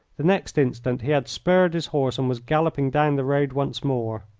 the next instant he had spurred his horse and was galloping down the road once more.